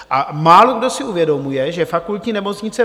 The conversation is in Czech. A málokdo si uvědomuje, že Fakultní nemocnice